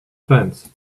fence